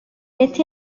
este